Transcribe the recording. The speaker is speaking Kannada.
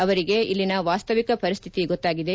ಅವರಿಗೆ ಇಲ್ಲಿನ ವಾಸ್ತವಿಕ ಪರಿಸ್ತಿತಿ ಗೊತ್ತಾಗಿದೆ